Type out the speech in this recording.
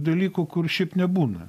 dalykų kur šiaip nebūna